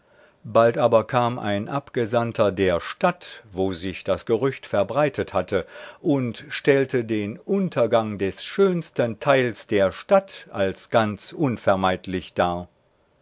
bald kam aber ein abgesandter der stadt wo sich das gerücht verbreitet hatte und stellte den untergang des schönsten teiles der stadt als ganz unvermeidlich dar